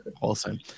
Awesome